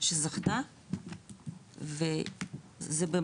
שזכתה וכל